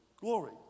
glory